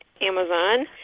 Amazon